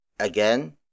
again